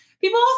people